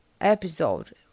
episode